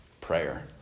prayer